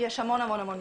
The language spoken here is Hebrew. יש המון המון מקרים,